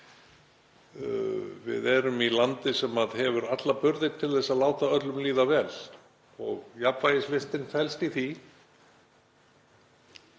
Við erum í landi sem hefur alla burði til að láta öllum líða vel og jafnvægislistin felst í því